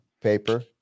paper